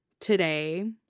today